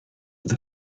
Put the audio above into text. with